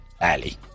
Alley